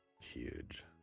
Huge